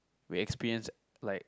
we experience like